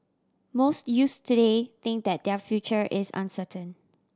most youths today think that their future is uncertain